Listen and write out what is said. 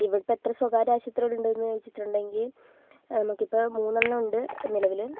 ഇവിടെ ഇപ്പം എത്ര സ്വകാര്യ ആശുപ്രത്രികളുണ്ടെന്ന് ചോദിച്ചിട്ടുണ്ടെങ്കിൽ നമുക്ക് ഇപ്പോൾ മൂന്നെണ്ണം ഉണ്ട് നിലവിൽ